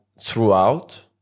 throughout